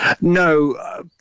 No